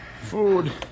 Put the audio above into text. Food